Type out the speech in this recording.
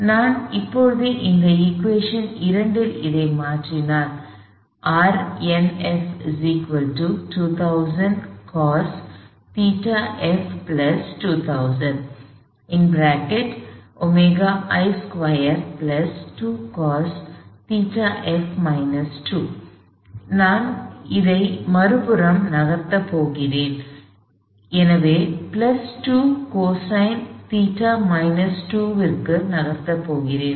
நான் இப்போது இந்த சமன்பாடு 2 இல் இதை மாற்றினால் Rnf 2000cos ϴf 2000 ωi2 2cos ϴf 2 நான் இதை மறுபுறம் நகர்த்தப் போகிறேன் எனவே பிளஸ் 2 கொசைன் ϴ மைனஸ் 2 க்கு நகர்த்தப் போகிறேன்